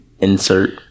Insert